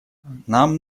нам